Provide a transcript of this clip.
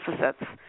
deficits